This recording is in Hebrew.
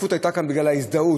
השותפות הייתה כאן בגלל ההזדהות,